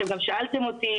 גם שאלתם אותי,